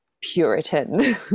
Puritan